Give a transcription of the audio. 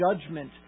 judgment